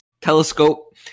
telescope